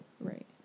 Right